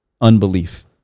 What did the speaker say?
unbelief